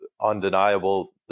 undeniable –